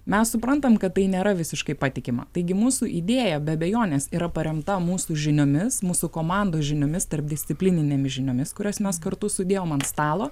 mes suprantam kad tai nėra visiškai patikima taigi mūsų idėja be abejonės yra paremta mūsų žiniomis mūsų komandos žiniomis tarpdisciplininėmis žiniomis kurias mes kartu sudėjom ant stalo